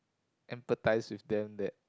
empathize with them that